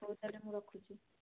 ହଉ ତା'ହେଲେ ମୁଁ ରଖୁଛି